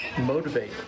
motivate